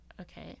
okay